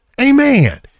amen